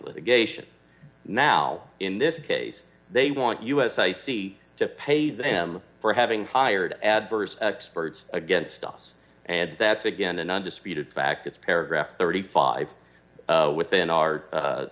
litigation now in this case they want us i c to pay them for having hired adverse experts against us and that's again an undisputed fact it's paragraph thirty five dollars within our